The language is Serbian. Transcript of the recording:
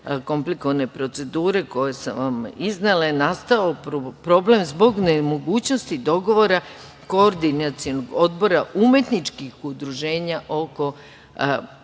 komplikovane procedure koju sam vam iznela i nastao problem zbog nemogućnosti dogovora Koordinacionog odbora umetničkih udruženja oko